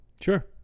Sure